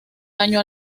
daño